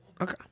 Okay